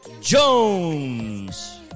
Jones